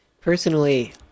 Personally